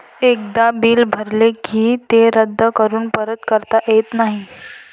एकदा बिल भरले की ते रद्द करून परत करता येत नाही